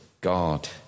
God